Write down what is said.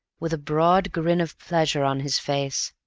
with a broad grin of pleasure on his face.